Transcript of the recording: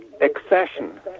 accession